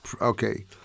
Okay